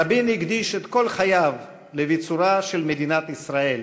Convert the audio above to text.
רבין הקדיש את כל חייו לביצורה של מדינת ישראל,